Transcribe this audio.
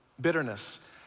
Bitterness